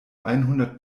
einhundert